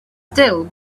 still